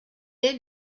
est